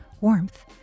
warmth